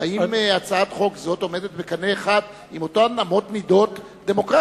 אם הצעת החוק הזאת עומדת בקנה אחד עם אמות מידה דמוקרטיות.